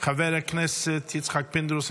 חבר הכנסת יצחק פינדרוס,